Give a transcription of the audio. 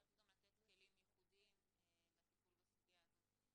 צריך גם לתת כלים ייחודיים לטיפול בסוגיה הזאת.